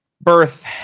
birth